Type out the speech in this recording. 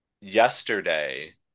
yesterday